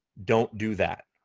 don't do that.